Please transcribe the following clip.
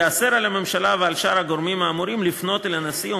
ייאסר על הממשלה ועל שאר הגורמים האמורים לפנות אל הנשיא או